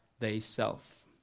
thyself